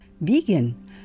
Vegan